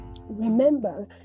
Remember